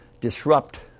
disrupt